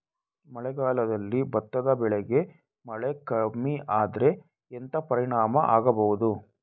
ಮಳೆಗಾಲದಲ್ಲಿ ಭತ್ತದ ಬೆಳೆಗೆ ಮಳೆ ಕಮ್ಮಿ ಆದ್ರೆ ಎಂತ ಪರಿಣಾಮ ಆಗಬಹುದು?